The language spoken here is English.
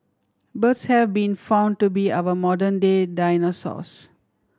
birds have been found to be our modern day dinosaurs